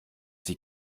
die